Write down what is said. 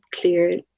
clear